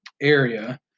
area